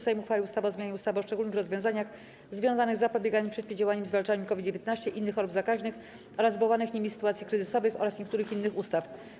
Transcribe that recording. Sejm uchwalił ustawę o zmianie ustawy o szczególnych rozwiązaniach związanych z zapobieganiem, przeciwdziałaniem i zwalczaniem COVID-19, innych chorób zakaźnych oraz wywołanych nimi sytuacji kryzysowych oraz niektórych innych ustaw.